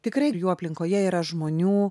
tikrai ir jų aplinkoje yra žmonių